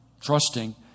trusting